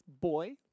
boy